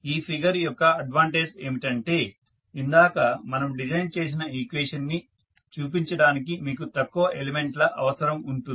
ఈ ఫిగర్ యొక్క అడ్వాంటేజ్ ఏమిటంటే ఇందాక మనము డిరైవ్ చేసిన ఈక్వేషన్ ని చూపించడానికి మీకు తక్కువ ఎలిమెంట్ ల అవసరం ఉంటుంది